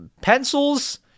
Pencils